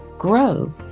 grow